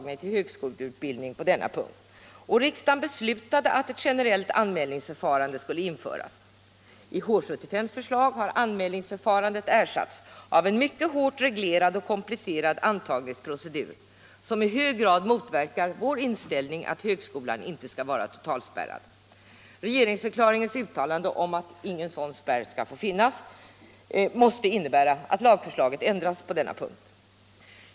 ningsförfarandet ersatts av en mycket hårt reglerad och komplicerad antagningsprocedur som i hög grad motverkar vår inställning att högskolan inte skall vara totalspärrad. Regeringsförklaringens uttalande att ingen sådan spärr skall få finnas måste innebära att lagförslaget ändras på denna punkt.